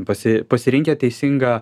pasi pasirinkę teisingą